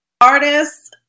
Artists